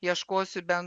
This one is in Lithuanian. ieškosi ben